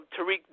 Tariq